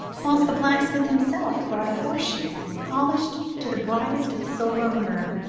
whilst the blacksmith himself brought a horse shoe, polished to the brightness of a silver mirror,